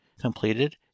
completed